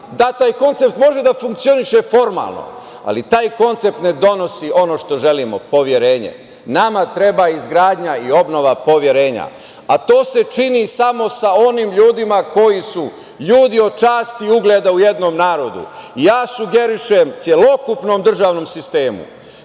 ali taj koncept može da funkcioniše formalno, ali taj koncept ne donosimo ono što želimo – poverenje. Nama treba izgradnja i obnova poverenja, a to se čini samo sa onim ljudima koji su ljudi od časti, ugleda, u jednom narodu. Ja sugerišem celokupnom državnom sistemu